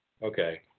Okay